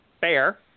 fair